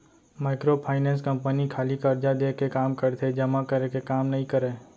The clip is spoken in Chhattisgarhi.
माइक्रो फाइनेंस कंपनी खाली करजा देय के काम करथे जमा करे के काम नइ करय